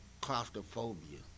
claustrophobia